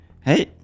Hey